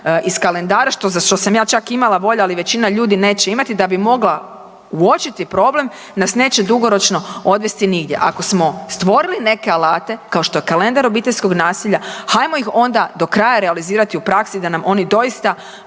iz kalendara za što sam ja čak imala volje, ali većina ljudi neće imati da bi mogla uočiti problem nas neće dugoročno odvesti nigdje. Ako smo stvorili neke alate kao što je kalendar obiteljskog nasilja hajmo ih onda do kraja realizirati u praksi da nam oni doista